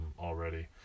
already